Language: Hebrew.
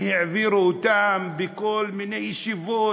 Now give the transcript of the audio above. העבירו אותם בכל מיני ישיבות,